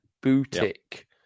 Boutique